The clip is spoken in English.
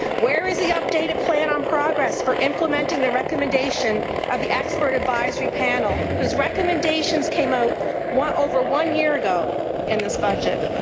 where is the updated plan on progress for implementing the recommendation of the expert advisory panel, whose recommendations came out over one year ago in this budget?